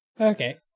Okay